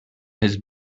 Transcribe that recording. his